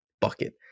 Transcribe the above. bucket